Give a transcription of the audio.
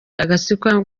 agatsiko